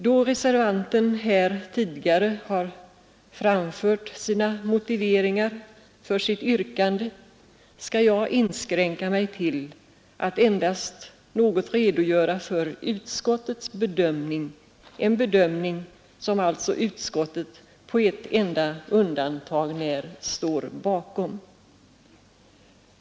Då reservanten här tidigare har framfört motiveringarna för sitt yrkande skall jag inskränka mig till att endast något redogöra för utskottets bedömning — en bedömning som alltså utskottet på ett enda undantag när står bakom.